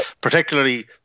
particularly